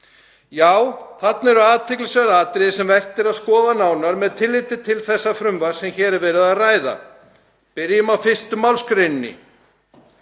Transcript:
Þarna eru athyglisverð atriði sem vert er að skoða nánar með tilliti til þess frumvarps sem hér er verið að ræða. Byrjum á fyrstu málsgreininni.